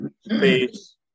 space